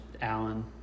Allen